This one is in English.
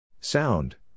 Sound